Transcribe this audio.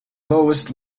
lowest